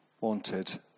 wanted